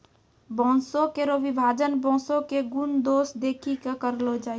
बांसों केरो विभाजन बांसों क गुन दोस देखि कॅ करलो जाय छै